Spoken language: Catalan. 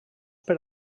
per